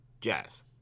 Jazz